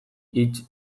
hitz